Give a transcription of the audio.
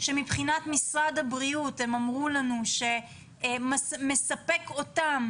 שמבחינת משרד הבריאות אמרו שמספקת אותם